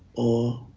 or